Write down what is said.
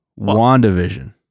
WandaVision